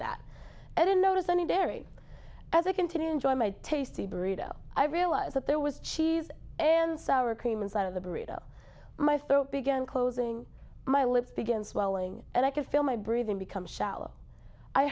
that i didn't notice any dairy as i continue enjoying my tasty burrito i realize that there was cheese and sour cream inside of the burrito my throat began closing my lips against welling and i could feel my breathing becomes shallow i